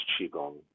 qigong